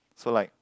so like